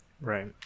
right